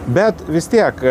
bet vis tiek